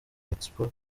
expo